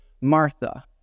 Martha